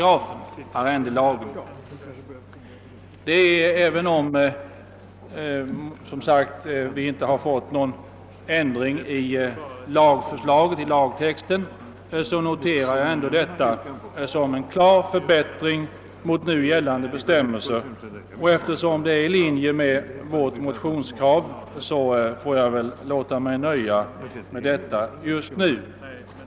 Även om utskottet som sagt inte förordat någon ändring i förslaget till lagtext, noterar jag ändå detta som en klar förbättring mot nu gällande be :stämmelser, och eftersom det är i linje med vårt motionskrav måste jag väl just nu låta mig nöja med detta.